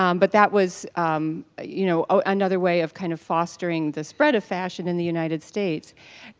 um but that was you know, another way of kind of fostering the spread of fashion in the united states.